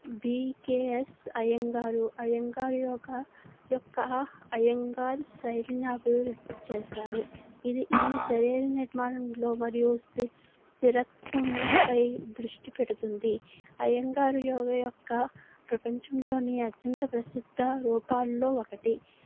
BKS Iyengar Iyengar యొక్క యొక్క అయ్యంగార్ శైలిని అభివృద్ధి చేశారు ఇది ఈ సరైన నిర్మాణంలో మరియు స్తి స్థిరత్వము పై దృష్టి పెడుతుంది అయ్యంగారు యోగ యొక్క ప్రపంచంలోని అత్యంత ప్రసిద్ధ రూపాల్లో ఒకటి